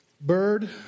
Bird